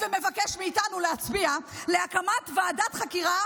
ומבקש מאיתנו להצביע על הקמת ועדת חקירה